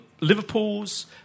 Liverpools